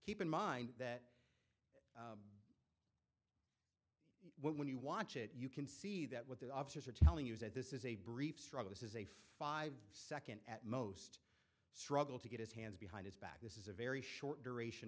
keep in mind that when you watch it you can see that what the officers are telling you is that this is a brief struggle is a five second at most struggle to get his hands behind his back this is a very short duration